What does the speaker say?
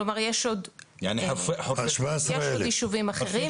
כלומר, יש עוד ישובים אחרים.